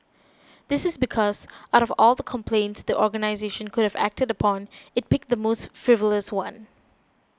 this is because out of all the complaints the organisation could have acted upon it picked the most frivolous one